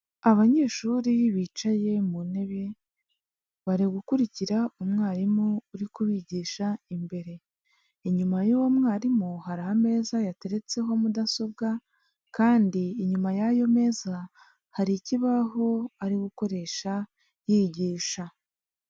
Abanyeshuri bicaye mu ntebe bari gukurikira umwarimu uri kubigisha imbere, inyuma y'uwo mwarimu hari ameza yateretseho mudasobwa, kandi inyuma y'ayo meza hari ikibaho ari gukoresha yigisha.